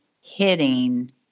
hitting